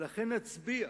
ולכן נצביע